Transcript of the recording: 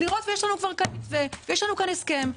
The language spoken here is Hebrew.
יש לנו כבר מתווה ויש לנו כאן הסכם,